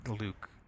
Luke